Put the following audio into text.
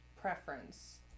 preference